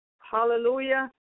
Hallelujah